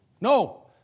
No